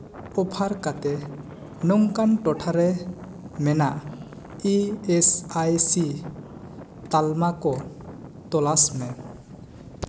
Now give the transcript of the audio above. offer ᱠᱟᱛᱮ ᱱᱚᱝᱠᱟᱱ ᱴᱚᱴᱷ ᱨᱮ ᱢᱮᱱᱟᱜ ᱤ ᱮᱥ ᱟᱭ ᱥᱤ ᱛᱟᱞᱢᱟ ᱠᱚ ᱛᱚᱞᱟᱥ ᱢᱮ